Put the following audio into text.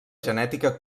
genètica